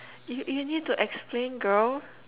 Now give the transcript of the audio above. you you need to explain girl